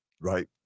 Right